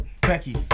Becky